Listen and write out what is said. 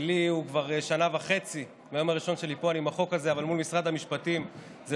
שלי מול משרד המשפטים,